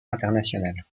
internationale